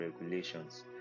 regulations